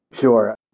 Sure